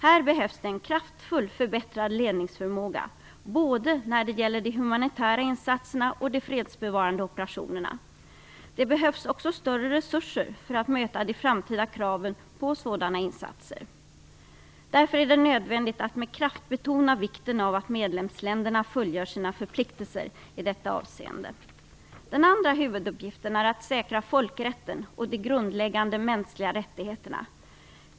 Här behövs det en kraftfullt förbättrad ledningsförmåga, både när det gäller de humanitära insatserna och när det gäller de fredsbevarande operationerna. Det behövs också större resurser för att möta de framtida kraven på sådana insatser. Därför är det nödvändigt att med kraft betona vikten av att medlemsländerna fullgör sina förpliktelser i detta avseende. Den andra huvuduppgiften är att säkra folkrätten och de grundläggande mänskliga rättigheterna.